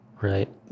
Right